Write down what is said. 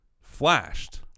flashed